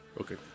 Okay